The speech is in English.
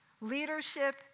Leadership